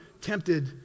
tempted